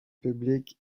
public